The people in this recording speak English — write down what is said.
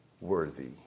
worthy